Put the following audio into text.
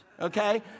okay